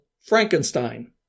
Frankenstein